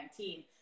2019